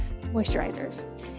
moisturizers